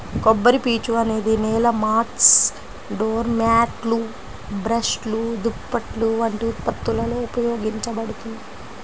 కొబ్బరిపీచు అనేది నేల మాట్స్, డోర్ మ్యాట్లు, బ్రష్లు, దుప్పట్లు వంటి ఉత్పత్తులలో ఉపయోగించబడుతుంది